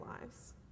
lives